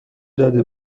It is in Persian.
داده